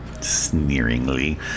Sneeringly